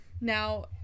now